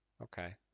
Okay